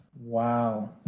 Wow